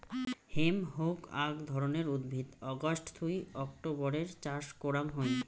hemp হউক আক ধরণের উদ্ভিদ অগাস্ট থুই অক্টোবরের চাষ করাং হই